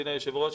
אדוני היושב-ראש,